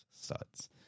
Suds